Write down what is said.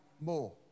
more